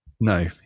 No